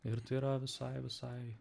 ir tai yra visai visai